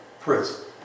prison